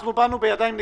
אנחנו באנו בידיים נקיות,